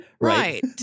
Right